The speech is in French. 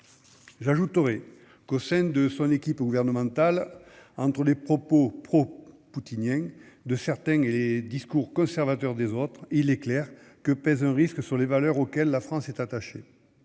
j'ajouterai qu'au sein de son équipe gouvernementale entre les propos pro-poutinien de certains et les discours conservateur des autres, il est clair que pèse un risque sur les valeurs auxquelles la France est attachée,